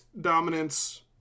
dominance